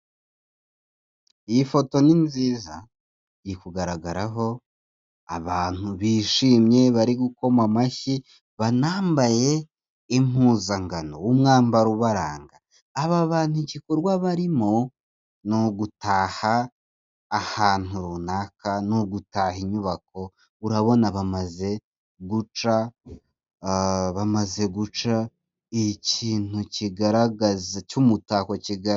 Iyi foto ni nziza iri kugaragaraho abantu bishimye bari gukoma amashyi banambaye impuzangano umwambaro ubaranga, aba bantu igikorwa barimo n'ugutaha ahantu runaka n'ugutaha inyubako urabona bamaze guca, bamaze guca ikintu kigaragaza cy'umutako kigara...